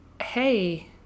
hey